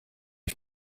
ich